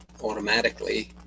automatically